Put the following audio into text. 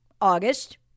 August